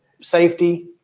safety